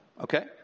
Okay